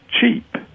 cheap